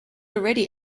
already